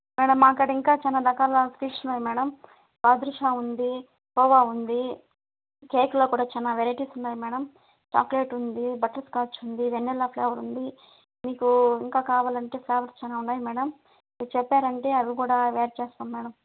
madam మా కాడ ఇంకా చాలా రకాల స్వీట్సు ఉన్నాయి మేడం బాదుషా ఉంది కోవా ఉంది కేక్లో కూడా చాలా వెరైటీసు ఉన్నాయి మేడం చాక్లెట్ ఉంది బట్టర్స్కాచ్చు ఉంది వెనీలా ఫ్లేవర్ ఉంది మీకు ఇంకా కావాలంటే ఫ్లేవర్స్ చాలా ఉన్నాయి మేడం మీరు చెప్పారంటే అవి కూడా వేరు చేస్తాం మేడం